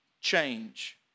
change